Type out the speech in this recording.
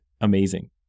amazing